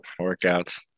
workouts